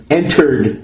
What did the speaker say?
entered